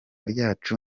ryacu